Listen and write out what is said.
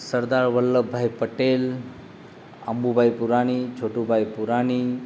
Sardar Vallabhbhai Patel Ambubhai Purani Chhotubhai Purani